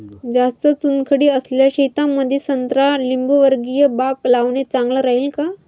जास्त चुनखडी असलेल्या शेतामंदी संत्रा लिंबूवर्गीय बाग लावणे चांगलं राहिन का?